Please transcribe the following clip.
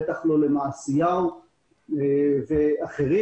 בטח לא למעשיהו ואחרים.